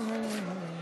לוועדת החוקה,